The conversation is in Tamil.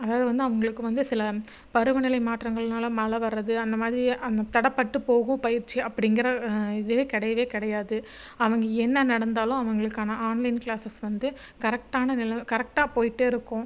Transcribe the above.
அதாவது வந்து அவங்களுக்கு வந்து சில பருவநிலை மாற்றங்கள்னால் மழை வர்றது அந்த மாதிரி அந்த தடைப்பட்டு போகும் பயிற்சி அப்படிங்குற இதே கிடையவே கிடையாது அவங்க என்ன நடந்தாலும் அவங்களுக்கான ஆன்லைன் கிளாஸ்சஸ் வந்து கரெக்டான நிலை கரெக்டாக போயிட்டே இருக்கும்